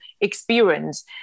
experience